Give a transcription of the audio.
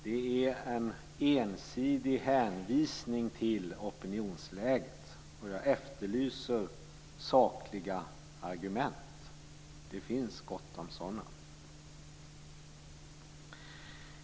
Det är en ensidig hänvisning till opinionsläget. Jag efterlyser sakliga argument. Det finns gott om sådana.